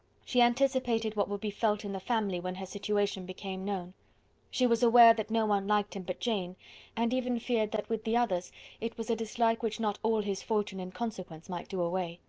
she anticipated what would be felt in the family when her situation became known she was aware that no one liked him but jane and even feared that with the others it was a dislike which not all his fortune and consequence might do away.